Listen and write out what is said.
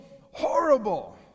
horrible